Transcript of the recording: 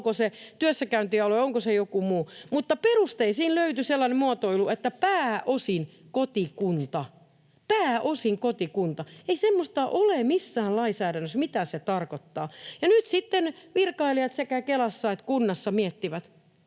onko se työssäkäyntialue, onko se joku muu. Mutta perusteisiin löytyi sellainen muotoilu, että ”pääosin kotikunta”. Pääosin kotikunta. Ei semmoista ole missään lainsäädännössä, mitä se tarkoittaa. Ja nyt sitten virkailijat sekä Kelassa että kunnassa miettivät,